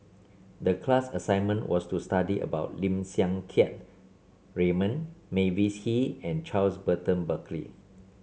the class assignment was to study about Lim Siang Keat Raymond Mavis Hee and Charles Burton Buckley